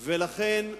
לכן,